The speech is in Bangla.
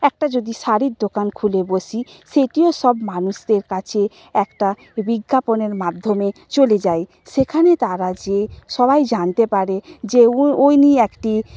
একটা যদি শাড়ির দোকান খুলে বসি সেটিও সব মানুষদের কাছে একটা বিজ্ঞাপনের মাধ্যমে চলে যায় সেখানে তারা যেয়ে সবাই জানতে পারে যে ও উনি একটি